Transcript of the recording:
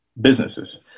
businesses